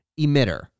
emitter